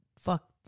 fuck